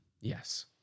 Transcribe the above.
Yes